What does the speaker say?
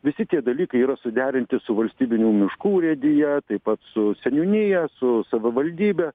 visi tie dalykai yra suderinti su valstybinių miškų urėdija taip pat su seniūnija su savivaldybe